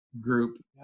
group